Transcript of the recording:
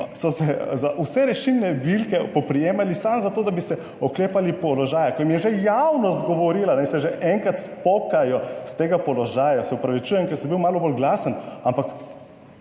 so se za vse rešilne bilke spoprijemali samo za to, da bi se oklepali položaja, ko jim je že javnost govorila, naj se že enkrat spokajo s tega položaja. Se opravičujem, ker sem bil malo bolj glasen, ampak